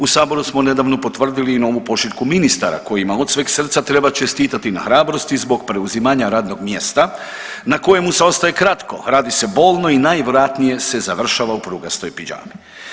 U saboru smo nedavno potvrdili i novu pošiljku ministara kojima od sveg srca treba čestitati na hrabrosti zbog preuzimanja radnog mjesta na kojemu se ostaje kratko, radi se bolno i najvjerojatnije se završava u prugastoj pidžami.